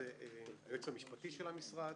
זה היועץ המשפטי של המשרד